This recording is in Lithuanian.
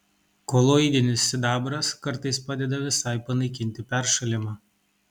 koloidinis sidabras kartais padeda visai panaikinti peršalimą